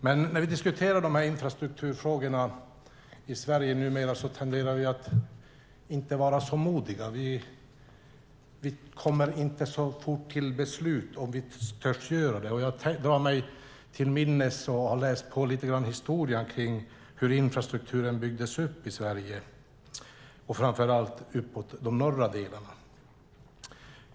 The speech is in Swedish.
När vi numera diskuterar infrastrukturfrågorna i Sverige tenderar vi att inte vara så modiga. Vi kommer inte så fort till beslut om vi törs göra det. Jag drar mig till minnes och har läst på lite grann historia om hur infrastrukturen byggdes upp i Sverige och framför allt uppåt de norra delarna.